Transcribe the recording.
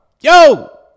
Yo